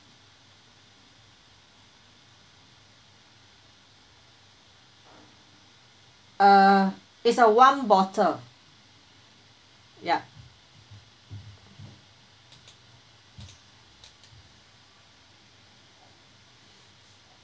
uh it's a one bottle ya